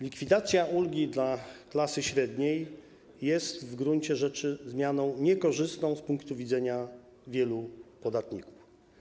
Likwidacja ulgi dla klasy średniej jest w gruncie rzeczy zmianą niekorzystną z punktu widzenia wielu podatników.